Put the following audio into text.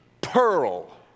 pearl